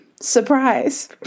Surprise